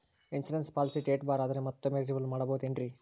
Insurance policy date ಬಾರ್ ಆದರೆ ಮತ್ತೊಮ್ಮೆ ರಿನಿವಲ್ ಮಾಡಿಸಬಹುದೇ ಏನ್ರಿ?